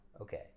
Okay